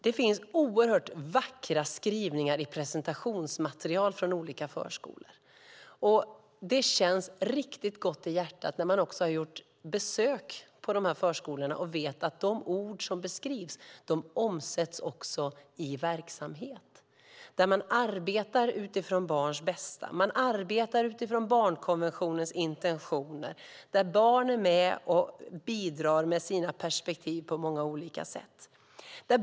Det finns oerhört vackra skrivningar i presentationsmaterial från olika förskolor. Det känns riktigt gott i hjärtat när man också har gjort besök i dessa förskolor och vet att det som beskrivs i ord också omsätts i verksamhet. Man arbetar utifrån barns bästa, och man arbetar utifrån barnkonventionens intentioner där barn är med och bidrar med sina perspektiv på många olika sätt.